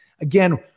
Again